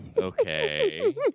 Okay